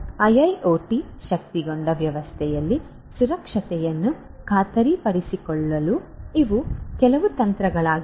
IIoT ಶಕ್ತಗೊಂಡ ವ್ಯವಸ್ಥೆಯಲ್ಲಿ ಸುರಕ್ಷತೆಯನ್ನು ಖಾತ್ರಿಪಡಿಸಿಕೊಳ್ಳಲು ಇವು ಕೆಲವು ತಂತ್ರಗಳಾಗಿವೆ